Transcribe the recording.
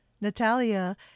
Natalia